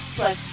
plus